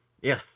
yes